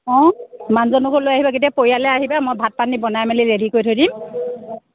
অ' মানুহজনকো লৈ আহিবা গোটেই পৰিয়ালে আহিবা মই ভাত পানী বনাই মেলি ৰেদি কৰি থৈ দিম